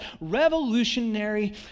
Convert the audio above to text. revolutionary